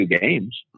games